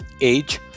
age